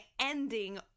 ending